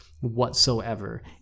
whatsoever